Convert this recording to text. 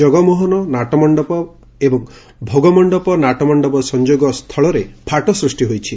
ଜଗମୋହନ ନାଟମଣ୍ଡପ ଏବଂ ଭୋଗମଣ୍ଡପ ନାଟମଣ୍ଡପ ସଂଯୋଗ ସ୍ତୁଳରେ ପାଟ ସୂଷ୍ଟି ହୋଇଛି